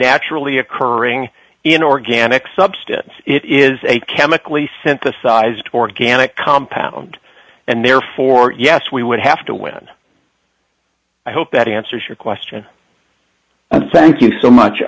naturally occurring in organic substance it is a chemically synthesized organic compound and therefore yes we would have to win i hope that answers your question thank you so